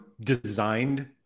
designed